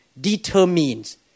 determines